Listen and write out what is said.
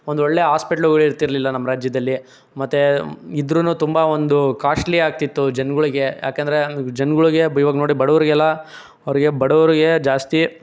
ಒಂದು ಒಳ್ಳೆ ಹಾಸ್ಪಿಟಲ್ಗಳು ಇರ್ತಿರಲಿಲ್ಲ ನಮ್ಮ ರಾಜ್ಯದಲ್ಲಿ ಮತ್ತೆ ಇದ್ದರೂ ತುಂಬ ಒಂದು ಕಾಸ್ಟ್ಲಿ ಆಗ್ತಿತ್ತು ಜನಗಳಿಗೆ ಏಕೆಂದ್ರೆ ಜನಗಳಿಗೆ ಬ್ ಈವಾಗ ನೋಡಿ ಬಡವರಿಗೆಲ್ಲ ಅವ್ರಿಗೆ ಬಡವರಿಗೆ ಜಾಸ್ತಿ